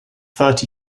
thirty